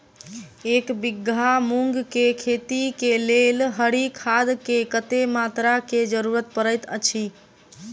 एक बीघा मूंग केँ खेती केँ लेल हरी खाद केँ कत्ते मात्रा केँ जरूरत पड़तै अछि?